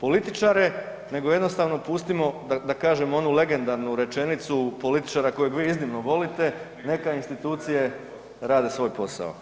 političare nego jednostavno pustimo da kažemo onu legendarnu rečenicu političara kojeg vi iznimno volite, neka institucije rade svoj posao.